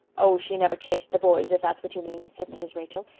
oh, she never chased the boys, if that's what you mean, said mrs. rachel.